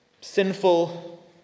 sinful